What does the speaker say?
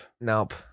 Nope